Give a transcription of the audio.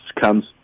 comes